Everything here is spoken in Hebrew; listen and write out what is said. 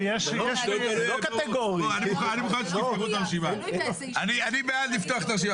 זה לא נכון להגיד ------ אני אשאל אחרת את מנהל התכנון: